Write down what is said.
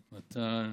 את מתן,